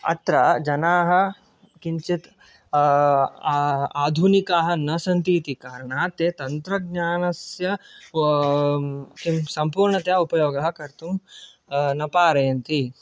अत्र जनाः किञ्चित् आधुनिकाः न सन्ति इति कारणात् ते तन्त्रज्ञानस्य किं सम्पूर्णतया उपयोगः कर्तुं न पारयन्ति